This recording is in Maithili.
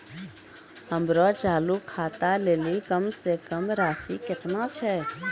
हमरो चालू खाता लेली कम से कम राशि केतना छै?